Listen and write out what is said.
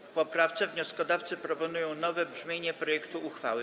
W poprawce wnioskodawcy proponują nowe brzmienie projektu uchwały.